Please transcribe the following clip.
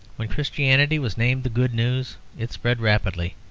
when christianity was named the good news, it spread rapidly,